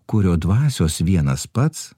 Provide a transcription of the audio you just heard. kurio dvasios vienas pats